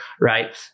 right